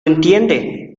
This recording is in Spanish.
entiende